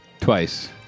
twice